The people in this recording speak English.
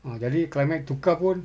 ah jadi climate tukar pun